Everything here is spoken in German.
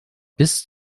bis